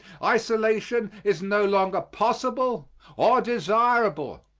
isolation is no longer possible or desirable.